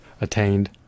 attained